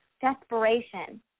desperation